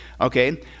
Okay